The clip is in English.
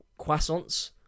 croissants